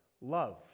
love